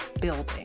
building